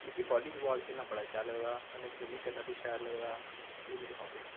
मिगी volleyball खेलना बड़ा शैल लगदा कन्नै स्विमिंग करना बी शैल लगदा एह् मेरी हाबी ऐ